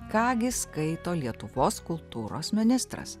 ką gi skaito lietuvos kultūros ministras